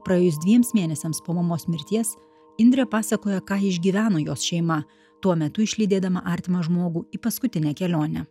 praėjus dviems mėnesiams po mamos mirties indrė pasakoja ką išgyveno jos šeima tuo metu išlydėdama artimą žmogų į paskutinę kelionę